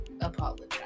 apologize